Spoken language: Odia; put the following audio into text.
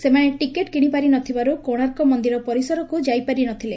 ସେମାନେ ଟିକେଟ୍ କିଶିପାରି ନଥିବାରୁ କୋଶାର୍କ ମନ୍ଦିର ପରିସରକୁ ଯାଇପାରି ନଥିଲେ